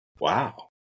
Wow